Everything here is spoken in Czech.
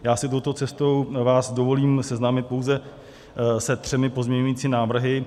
Já si touto cestou dovolím vás seznámit pouze se třemi pozměňujícími návrhy.